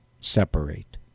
separate